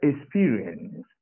experience